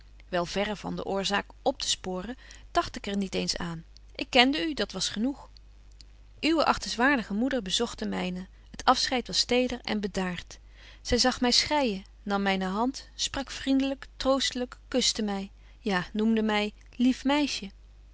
wel verre van de oorzaak optesporen dagt ik er niet eens aan ik kende u dat was genoeg uwe achtingswaardige moeder bezogt de myne het afscheid was teder en bedaart zy zag betje wolff en aagje deken historie van mejuffrouw sara burgerhart my schreijen nam myne hand sprak vriende lyk troostelyk kuste my ja noemde my lief meisje